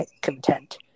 content